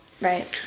right